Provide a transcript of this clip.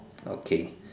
okay